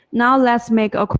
now let's make a